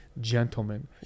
gentlemen